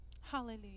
hallelujah